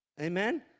Amen